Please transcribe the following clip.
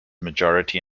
majority